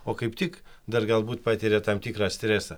o kaip tik dar galbūt patiria tam tikrą stresą